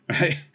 right